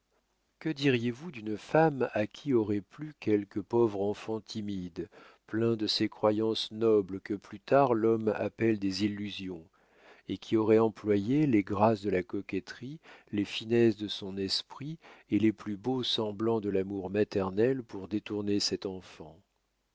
que diriez-vous d'une femme à qui aurait plu quelque pauvre enfant timide plein de ces croyances nobles que plus tard l'homme appelle des illusions et qui aurait employé les grâces de la coquetterie les finesses de son esprit et les plus beaux semblants de l'amour maternel pour détourner cet enfant